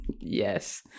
Yes